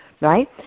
right